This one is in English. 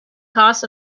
costs